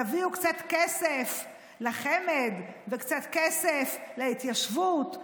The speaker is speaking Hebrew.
תביאו קצת כסף לחמ"ד וקצת כסף להתיישבות,